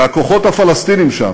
מתכבד להזמין את ראש ממשלת ישראל,